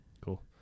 Cool